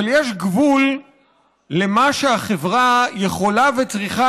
אבל יש גבול למה שהחברה יכולה וצריכה